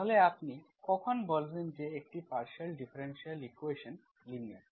তাহলে আপনি কখন বলবেন যে একটি পার্শিয়াল ডিফারেনশিয়াল ইকুয়েশন্ লিনিয়ার